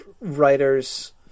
writers